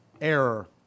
error